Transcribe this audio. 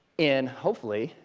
in hopefully,